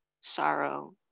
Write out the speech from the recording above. sorrow